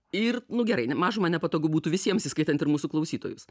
ir nu gerai mažuma nepatogu būtų visiems įskaitant ir mūsų klausytojus